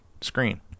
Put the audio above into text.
screen